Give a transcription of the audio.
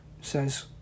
says